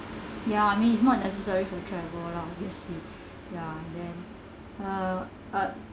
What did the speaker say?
ya I mean it's not necessary for travel lah yes the ya then uh uh